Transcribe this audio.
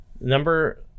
number